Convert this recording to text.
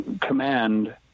command